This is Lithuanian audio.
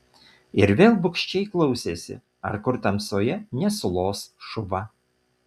ir vėl bugščiai klausėsi ar kur tamsoje nesulos šuva